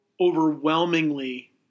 overwhelmingly